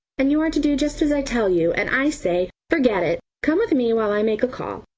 and you are to do just as i tell you, and i say forget it! come with me while i make a call.